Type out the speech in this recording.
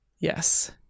Yes